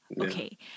okay